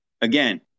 again